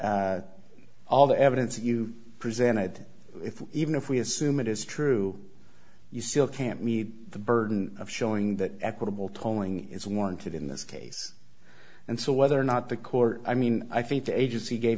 all the evidence you presented if even if we assume it is true you still can't meet the burden of showing that equitable tolling is warranted in this case and so whether or not the court i mean i think the agency gave